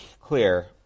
clear